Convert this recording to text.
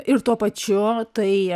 ir tuo pačiu tai